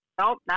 nope